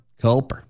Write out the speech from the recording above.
Culper